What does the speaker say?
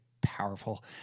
powerful